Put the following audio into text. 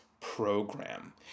program